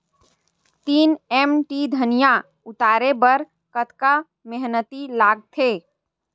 तीन एम.टी धनिया उतारे बर कतका मेहनती लागथे?